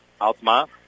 Altma